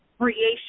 creation